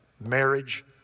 Marriage